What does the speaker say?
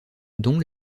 dont